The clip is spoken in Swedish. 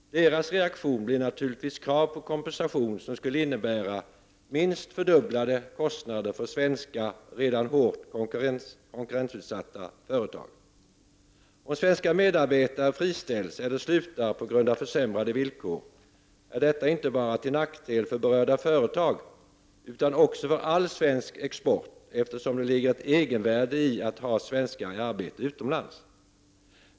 Deras reaktion blir naturligtvis krav på kompensation som skulle innebära minst fördubblade kostnader för svenska, redan hårt konkurrensutsatta företag. Om svenska medarbetare friställs eller slutar på grund av försämrade villkor är detta inte bara en nackdel för berörda företag utan också för all svensk export, eftersom det ligger ett egenvärde i att ha svenskar i arbete utomlands.